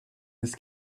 this